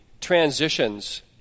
transitions